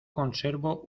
conservo